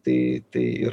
tai tai ir